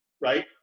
right